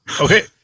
Okay